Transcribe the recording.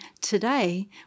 today